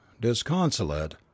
disconsolate